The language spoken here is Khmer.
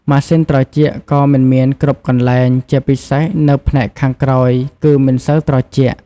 ម៉ាស៊ីនត្រជាក់ក៏មិនមានគ្រប់កន្លែង ជាពិសេសនៅផ្នែកខាងក្រោយគឺមិនសូវត្រជាក់។